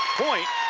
point,